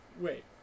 wait